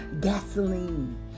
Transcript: gasoline